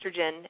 estrogen